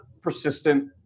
persistent